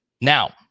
Now